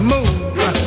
Move